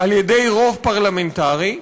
על-ידי רוב פרלמנטרי,